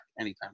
anytime